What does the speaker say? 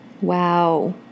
Wow